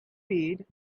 paid